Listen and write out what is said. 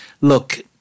Look